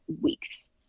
weeks